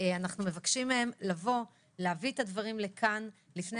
אנחנו מבקשים מהם להביא את הדברים לכאן לפני